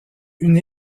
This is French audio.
une